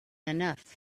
enough